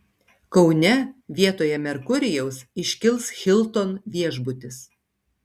kaune vietoje merkurijaus iškils hilton viešbutis